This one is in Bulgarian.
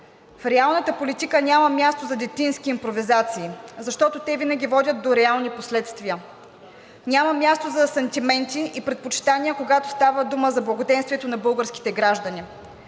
в реалната политика няма място за детински импровизации, защото те винаги водят до реални последствия. Няма място за сантименти и предпочитания, когато става дума за благоденствието на българските граждани.